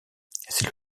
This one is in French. c’est